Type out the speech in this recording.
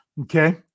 Okay